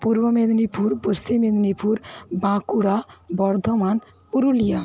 Purba Medinipur Paschim Medinipur Bankura Bardhaman Purulia